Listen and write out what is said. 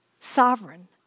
sovereign